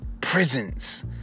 prisons